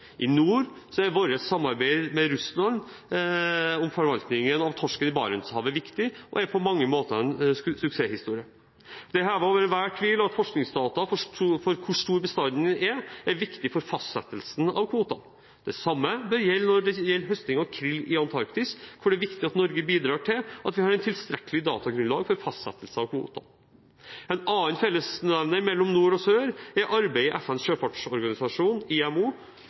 I nord er vårt samarbeid med Russland om forvaltningen av torsken i Barentshavet viktig og er på mange måter en suksesshistorie. Det er hevet over enhver tvil at forskningsdata for hvor stor bestanden er, er viktig for fastsettelsen av kvotene. Det samme bør gjelde når det gjelder høsting av krill i Antarktis, hvor det er viktig at Norge bidrar til at vi har et tilstrekkelig datagrunnlag for fastsettelse av kvotene. En annen fellesnevner mellom nord og sør er arbeidet i FNs sjøfartsorganisasjon, IMO,